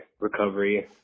recovery